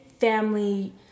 family